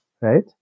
right